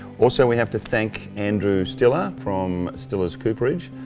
also we have to thank andrew stiller from stiller's cooperage.